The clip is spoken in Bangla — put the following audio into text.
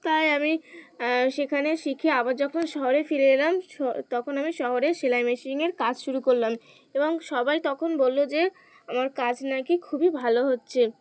তাই আমি সেখানে শিখে আবার যখন শহরে ফিরে এলাম শ তখন আমি শহরে সেলাই মেশিনের কাজ শুরু করলাম এবং সবাই তখন বললো যে আমার কাজ নাকি খুবই ভালো হচ্ছে